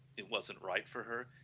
it wasn't right for her.